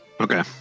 okay